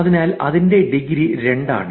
അതിനാൽ അതിന്റെ ഡിഗ്രി രണ്ടാണ്